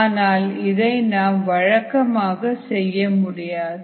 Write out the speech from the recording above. ஆனால் இதை நாம் வழக்கமாக செய்ய முடியாது